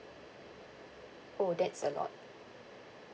oh that's a lot